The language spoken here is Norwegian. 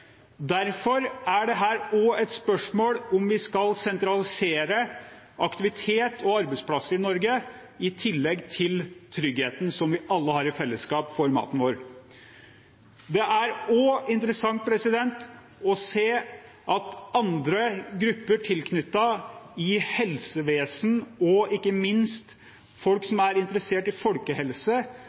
Derfor er dette også et spørsmål om vi skal sentralisere aktivitet og arbeidsplasser i Norge, i tillegg til tryggheten for maten vår, som vi alle har i fellesskap. Det er også interessant å se at andre tilknyttede grupper – helsevesenet og ikke minst folk som er interessert i folkehelse